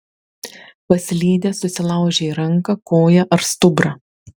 paslydęs susilaužei ranką koją ar stuburą